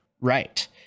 right